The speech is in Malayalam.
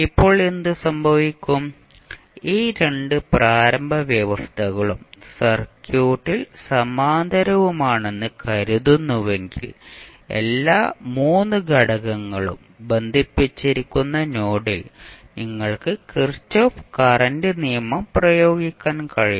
ഇപ്പോൾ എന്ത് സംഭവിക്കും ഈ രണ്ട് പ്രാരംഭ വ്യവസ്ഥകളും സർക്യൂട്ട് സമാന്തരവുമാണെന്ന് കരുതുന്നുവെങ്കിൽ എല്ലാ 3 ഘടകങ്ങളും ബന്ധിപ്പിച്ചിരിക്കുന്ന നോഡിൽ നിങ്ങൾക്ക് കിർചോഫ് കറന്റ് നിയമം പ്രയോഗിക്കാൻ കഴിയും